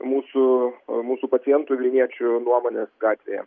mūsų mūsų pacientų vilniečių nuomonės gatvėje